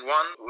one